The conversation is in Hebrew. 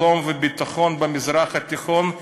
שלום וביטחון במזרח התיכון,